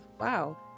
Wow